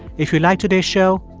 if you like today's show,